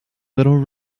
little